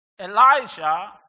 Elijah